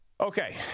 Okay